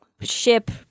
ship